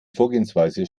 vorgehensweise